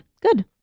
Good